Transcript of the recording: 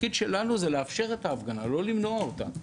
התפקיד שלנו הוא לאפשר את ההפגנה, לא למנוע אותה.